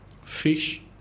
Fish